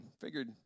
figured